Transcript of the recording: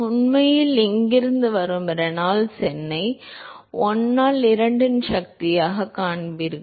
உண்மையில் இங்கிருந்து வரும் ரெனால்ட்ஸ் எண்ணை 1 ஆல் 2 இன் சக்தியைக் காண்பீர்கள்